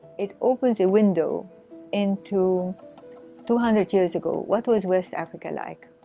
it opens a window into two hundred years ago. what was west africa like?